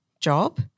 job